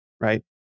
right